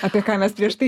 apie ką mes prieš tai